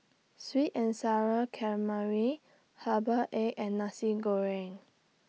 Sweet and Sour Calamari Herbal Egg and Nasi Goreng